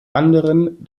anderen